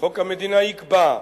וחוק המדינה יקבע,